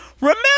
Remember